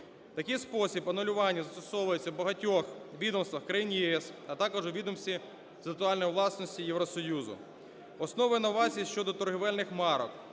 Такий спосіб анулювання застосовується в багатьох відомствах країн ЄС, а також у відомстві з інтелектуальної власності Євросоюзу. Основи новацій щодо торгівельних марок.